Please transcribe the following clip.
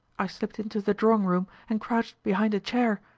i slipped into the drawing-room and crouched behind a chair.